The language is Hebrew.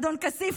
אדון כסיף,